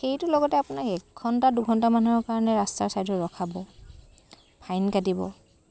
সেইটো লগতে আপুনি এক ঘণ্টা দুঘণ্টা মানুহৰ কাৰণে আপোনাক ৰাস্তাৰ ছাইডত ৰখাব ফাইন কাটিব